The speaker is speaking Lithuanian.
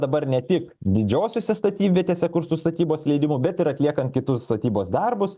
dabar ne tik didžiosiose statybvietėse kur su statybos leidimu bet ir atliekant kitus statybos darbus